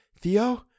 Theo